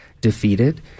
defeated